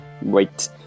Wait